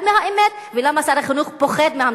ולמה שר החינוך פוחד מהאמת,